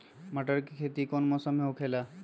मटर के खेती कौन मौसम में होखेला?